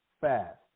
fast